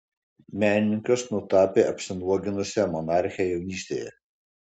menininkas nutapė apsinuoginusią monarchę jaunystėje